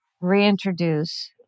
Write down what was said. reintroduce